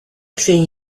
think